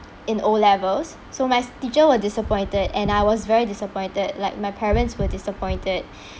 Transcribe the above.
in O levels so my teacher were disappointed and I was very disappointed like my parents were disappointed